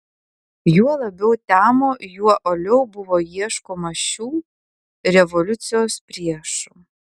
juo labiau temo juo uoliau buvo ieškoma šių revoliucijos priešų